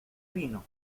vino